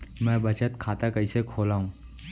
मै बचत खाता कईसे खोलव?